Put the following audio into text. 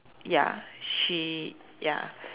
ya she ya